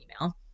email